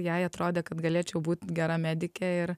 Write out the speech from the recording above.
jai atrodė kad galėčiau būt gera medike ir